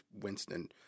Winston